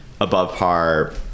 above-par